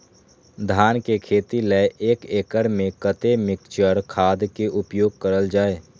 धान के खेती लय एक एकड़ में कते मिक्चर खाद के उपयोग करल जाय?